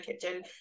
kitchen